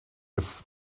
have